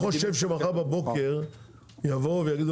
אני לא חושב שמחר בבוקר יבואו ויגידו